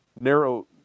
narrow